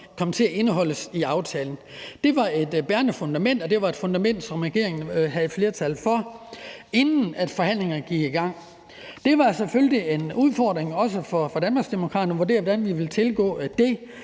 kom til at blive indeholdt i aftalen. Det var et bærende fundament, og det var et fundament, som regeringen havde et flertal for, inden forhandlingerne gik i gang. Det var selvfølgelig også en udfordring for Danmarksdemokraterne at vurdere, hvordan vi ville tilgå det,